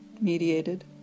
mediated